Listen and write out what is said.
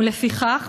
ולפיכך,